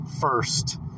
first